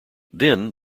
then